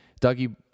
Dougie